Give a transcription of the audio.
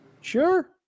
Sure